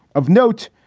of note,